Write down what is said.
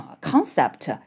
concept